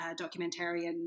documentarian